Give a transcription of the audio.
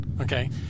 Okay